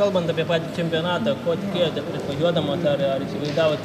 kalbant apie patį čempionatą ko tikėjotės prieš važiuodamos ar ar įsivaizdavot